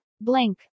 blank